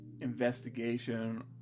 investigation